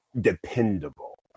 dependable